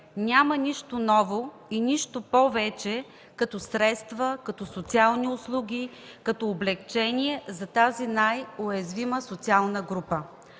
няма нищо ново и нищо повече като средства, социални услуги, облекчения за тази най-уязвима социална група.